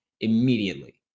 immediately